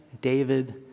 david